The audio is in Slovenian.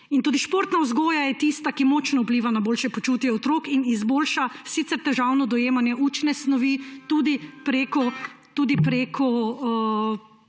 prostem. Športna vzgoja je tista, ki močno vpliva na boljše počutje otrok in izboljša sicer težavno dojemanje učne snovi tudi prek